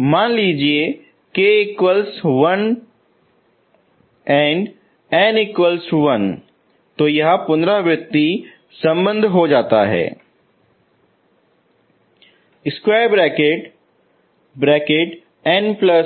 मान लीजिये k1 n1 पुनरावरती संबंध हो जाता है N1 के लिए N2 लेना है यदि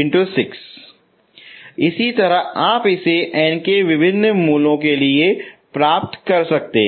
n3 इसी तरह आप इसे n के विभिन्न मूल्यों के लिए प्राप्त कर सकते हैं